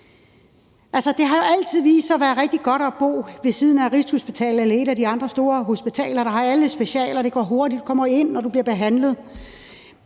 Det har jo altid vist sig at være rigtig godt at bo ved siden af Rigshospitalet eller et af de andre store hospitaler, der har alle specialer. Det går hurtigt, du kommer ind, og du bliver behandlet.